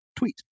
tweet